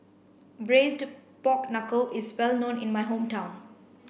braised pork knuckle is well known in my hometown